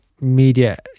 media